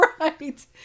right